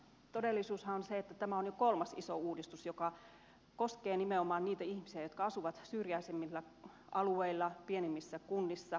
todellisuushan on se että tämä on jo kolmas iso uudistus joka koskee nimenomaan niitä ihmisiä jotka asuvat syrjäisimmillä alueilla pienemmissä kunnissa